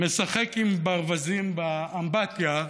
משחק עם ברווזים באמבטיה.